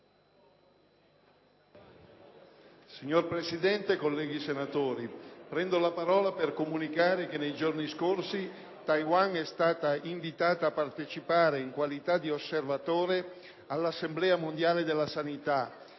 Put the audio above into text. Signor Presidente, prendo la parola per comunicare che nei giorni scorsi Taiwan è stata invitata a partecipare in qualità di osservatore all'Assemblea mondiale della sanità